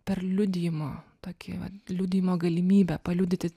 per liudijimą tokį vat liudijimo galimybę paliudyti